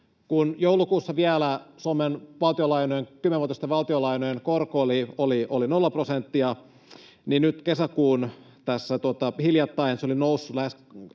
joulukuussa Suomen kymmenenvuotisten valtionlainojen korko oli nolla prosenttia, niin nyt tässä hiljattain se oli noussut